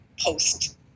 post